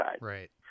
Right